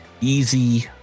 easy